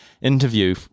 interview